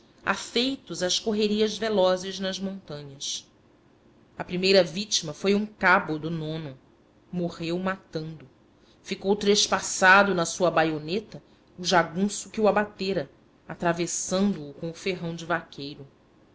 afeitos às correrias velozes nas montanhas a primeira vítima foi um cabo do o orreu matando ficou trespassado na sua baioneta o jagunço que o abatera atravessando o com o ferrão de vaqueiro